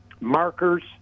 markers